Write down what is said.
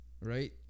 right